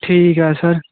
ਠੀਕ ਐ ਸਰ